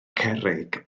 cerrig